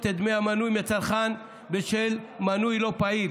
את דמי המנוי מהצרכן בשל מנוי לא פעיל.